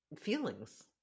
feelings